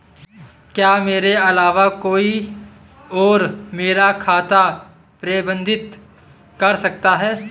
क्या मेरे अलावा कोई और मेरा खाता प्रबंधित कर सकता है?